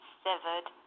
severed